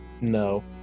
No